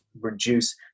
reduce